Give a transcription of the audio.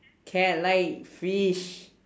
cat like fish